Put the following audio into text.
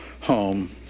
home